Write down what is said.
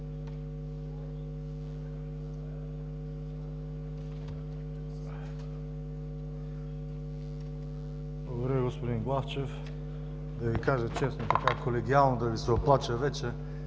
Благодаря Ви, господин Главчев. Да Ви кажа честно, колегиално да Ви се оплача: вече